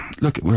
look